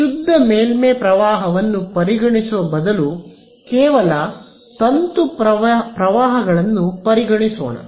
ಶುದ್ಧ ಮೇಲ್ಮೈ ಪ್ರವಾಹವನ್ನು ಪರಿಗಣಿಸುವ ಬದಲು ಕೇವಲ ತಂತು ಪ್ರವಾಹಗಳನ್ನು ಪರಿಗಣಿಸೋಣ